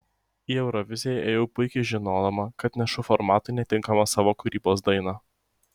į euroviziją ėjau puikiai žinodama kad nešu formatui netinkamą savo kūrybos dainą